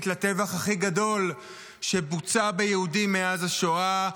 לטבח הכי גדול שבוצע ביהודים מאז השואה,